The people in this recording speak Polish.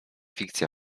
fikcja